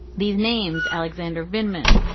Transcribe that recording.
these names alexander venkman,